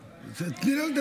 די עם משפט הצדק הזה.